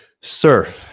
sir